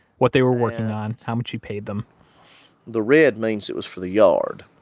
what they were working on, how much he paid them the red means it was for the yard.